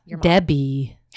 Debbie